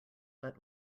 but